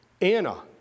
Anna